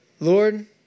Lord